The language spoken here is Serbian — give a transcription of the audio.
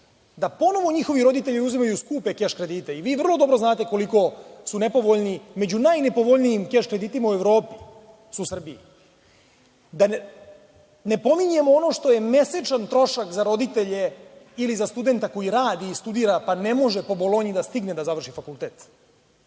da ponovo njihovi roditelji uzimaju skupe keš kredite i vi vrlo dobro znate koliko su nepovoljni među najnepovoljnijim keš kreditima u Evropi, to su u Srbiji. A da ne pominjemo da je to mesečan trošak za roditelje ili za studenta koji radi i studira. Pa, ne može po bolonji da stigne da završi fakultet. Imamo